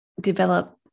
develop